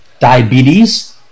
diabetes